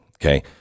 Okay